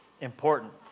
important